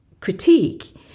critique